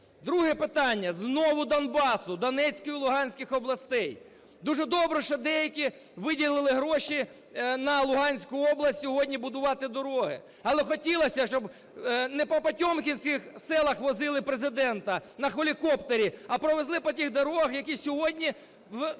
Друге питання знову Донбасу, Донецької і Луганської областей. Дуже добре, що деякі виділили гроші на Луганську область сьогодні будувати дороги. Але хотілося, щоб не по "потьомкінських селах" возили Президента на гелікоптері, а провезли по тих дорогах, які сьогодні в